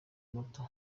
muto